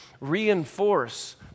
reinforce